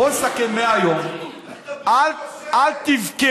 בוא נסכם שמהיום אל תבכה,